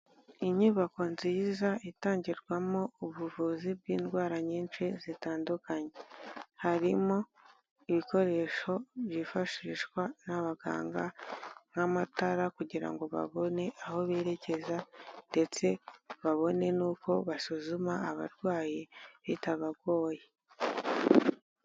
Inyubako nziza itangirwamo ubuvuzi bw'indwara nyinshi zitandukanye. Harimo ibikoresho byifashishwa n'abaganga nk'amatara, kugira ngo babone aho berekeza, ndetse babone n'uko basuzuma abarwayi bitabagoye.